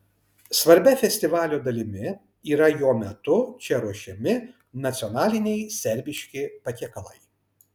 svarbia festivalio dalimi yra jo metu čia ruošiami nacionaliniai serbiški patiekalai